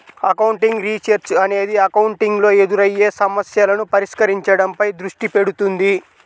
accounting research అనేది accounting లో ఎదురయ్యే సమస్యలను పరిష్కరించడంపై దృష్టి పెడుతుంది